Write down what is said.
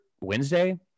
Wednesday